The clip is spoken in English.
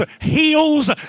heals